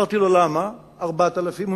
שאלתי: למה 4,000 שקל?